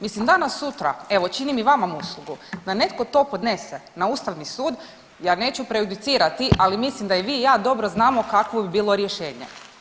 Mislim danas sutra, evo činim i vama uslugu, da netko to podnese na ustavni sud ja neću prejudicirati, ali mislim da i vi i ja dobro znamo kakvo bi bilo rješenje.